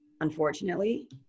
unfortunately